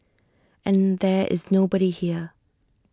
and there is nobody here